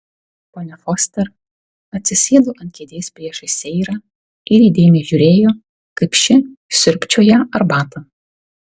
ponia foster atsisėdo ant kėdės priešais seirą ir įdėmiai žiūrėjo kaip ši siurbčioja arbatą